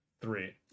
three